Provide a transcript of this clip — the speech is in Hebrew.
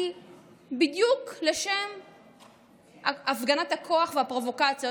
היא בדיוק לשם הפגנת הכוח והפרובוקציות.